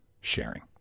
sharing